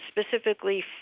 specifically